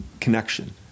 Connection